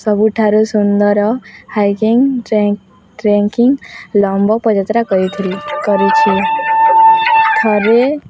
ସବୁଠାରୁ ସୁନ୍ଦର hiking trekking ଲମ୍ବ ପଦଯାତ୍ରା କରିଥିଲି କରିଛି ଥରେ